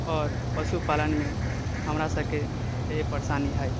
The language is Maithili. आओर पशुपालनमे हमरा सबके इएह परेशानी हइ